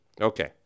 Okay